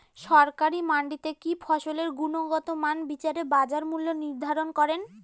সরকারি মান্ডিতে কি ফসলের গুনগতমান বিচারে বাজার মূল্য নির্ধারণ করেন?